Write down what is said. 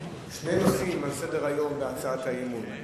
שני נושאים על סדר-היום בהצעת האי-אמון: